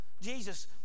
Jesus